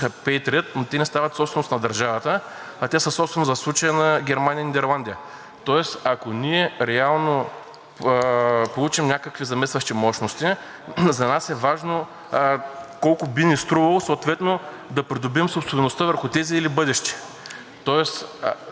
получим някакви заместващи мощности, за нас е важно колко би ни струвало съответно да придобием собствеността върху тези или бъдещи. Тоест за нас е много важно да знаем, ако ще харчим държавни пари, те в какъв размер ще бъдат